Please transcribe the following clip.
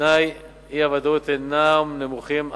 תנאי האי-ודאות אינם נמוכים,